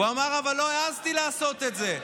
הוא אמר: לא העזתי לעשות את זה,